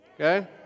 Okay